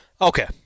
Okay